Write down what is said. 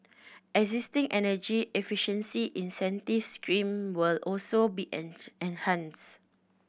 existing energy efficiency incentive scheme will also be enhanced